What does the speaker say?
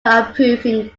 approving